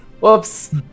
Whoops